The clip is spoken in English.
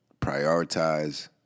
prioritize